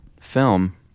film